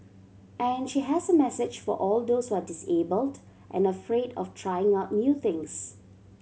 and she has a message for all those who are disabled and afraid of trying out new things